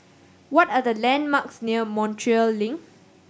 what are the landmarks near Montreal Link